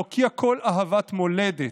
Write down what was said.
להוקיע כל אהבת מולדת,